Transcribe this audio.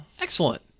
excellent